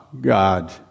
God